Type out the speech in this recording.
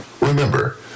remember